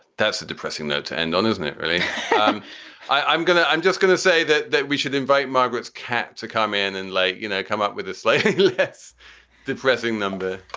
that's a depressing note to end on, isn't it? um i'm gonna i'm just going to say that that we should invite margaret's cat to come in and, like you know, come up with a slightly less depressing number.